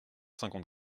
cinquante